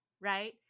right